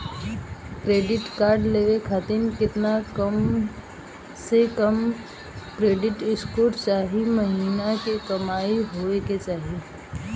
Credit card लेवे खातिर केतना कम से कम क्रेडिट स्कोर चाहे महीना के कमाई होए के चाही?